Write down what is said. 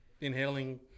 inhaling